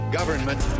government